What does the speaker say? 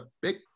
big